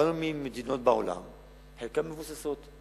הם באו ממדינות בעולם שחלקן מבוססות.